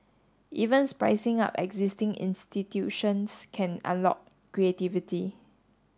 even up existing institutions can unlock creativity